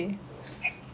mm